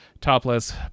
topless